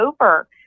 over